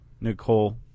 Nicole